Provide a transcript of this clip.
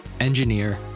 engineer